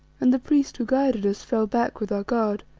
and the priest who guided us fell back with our guard,